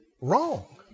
wrong